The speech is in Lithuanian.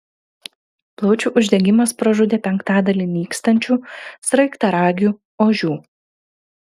plaučių uždegimas pražudė penktadalį nykstančių sraigtaragių ožių